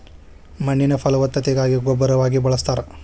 ಮಣ್ಣಿನ ಫಲವತ್ತತೆಗಾಗಿ ಗೊಬ್ಬರವಾಗಿ ಬಳಸ್ತಾರ